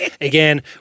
Again